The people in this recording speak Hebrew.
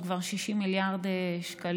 הוא כבר 60 מיליארד שקלים,